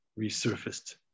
resurfaced